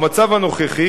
במצב הנוכחי,